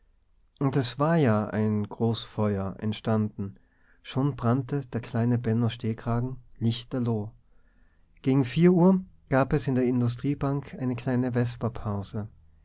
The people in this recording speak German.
und es war ja ein großfeuer entstanden schon brannte der kleine benno stehkragen lichterloh gegen vier uhr gab es in der industriebank eine kleine